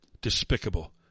Despicable